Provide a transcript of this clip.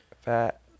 fat